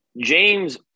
James